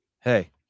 Hey